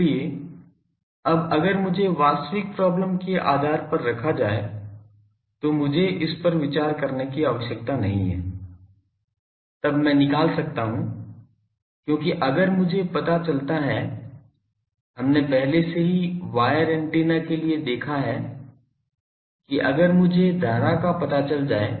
इसलिए अब अगर मुझे वास्तविक प्रॉब्लम के आधार पर रखा जाए तो मुझे इस पर विचार करने की आवश्यकता नहीं है तब मैं निकाल सकता हूँ क्योंकि अगर मुझे पता चलता है हमने पहले से ही वायर एंटीना के लिए देखा है कि अगर मुझे धारा का पता चल जाए